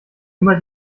immer